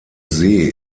see